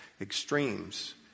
extremes